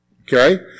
Okay